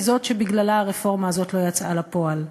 היא שבגללה הרפורמה הזאת לא יצאה לפועל.